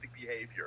behavior